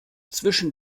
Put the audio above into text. zwischen